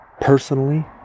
personally